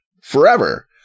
forever